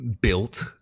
built